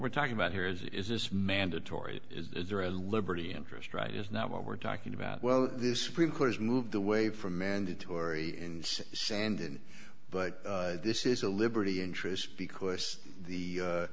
we're talking about here is it is this mandatory is there a liberty interest right is now what we're talking about well this supreme court has moved away from mandatory in sand but this is a liberty interest because the